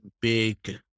big